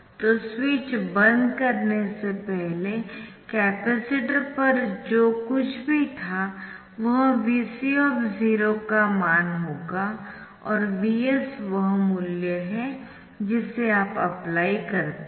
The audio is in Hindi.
तो स्विच बंद करने से पहले कपैसिटर पर जो कुछ भी था वह Vc का मान होगा और Vs वह मूल्य है जिसे आप अप्लाई करते है